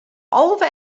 alve